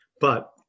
But-